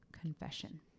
confession